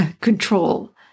control